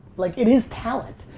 like, it is talent.